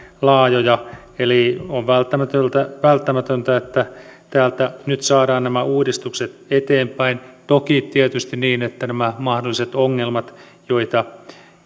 laajoja eli on välttämätöntä välttämätöntä että täältä nyt saadaan nämä uudistukset eteenpäin toki tietysti niin että nämä mahdolliset ongelmat joita